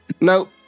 No